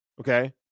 Okay